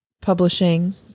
publishing